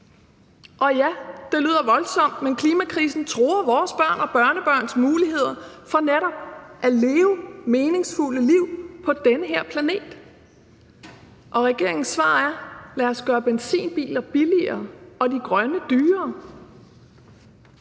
Og ja, det lyder voldsomt, men klimakrisen truer vores børn og børnebørns muligheder for netop at leve meningsfulde liv på den her planet. Og regeringens svar er: Lad os gøre benzinbiler billigere og de grønne biler